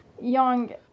young